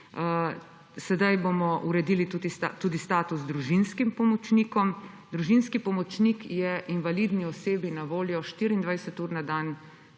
Sedaj bomo uredili tudi status družinskim pomočnikom. Družinski pomočnik je invalidni osebi na voljo 24 ur na dan,